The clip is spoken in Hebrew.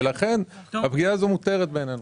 לכן הפגיעה הזאת מותרת בעינינו.